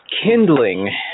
kindling